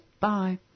Bye